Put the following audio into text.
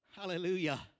Hallelujah